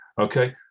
Okay